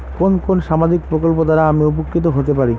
কোন কোন সামাজিক প্রকল্প দ্বারা আমি উপকৃত হতে পারি?